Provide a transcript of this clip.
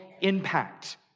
impact